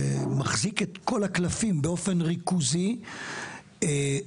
מחזיק את כל הקלפים באופן ריכוזי מופלא,